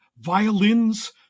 violins